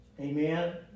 Amen